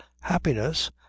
happiness